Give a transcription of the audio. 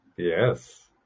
Yes